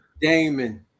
Damon